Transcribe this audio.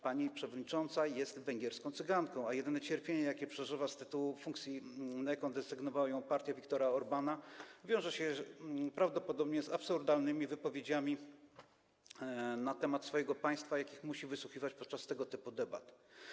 Pani przewodnicząca jest węgierską Cyganką, a jedyne cierpienie, jakie przeżywa z tytułu funkcji, na jaką desygnowała ją partia Viktora Orbána, wiąże się prawdopodobnie z absurdalnymi wypowiedziami na temat swojego państwa, jakich musi wysłuchiwać podczas tego typu debat.